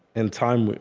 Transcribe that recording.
in time,